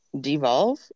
devolve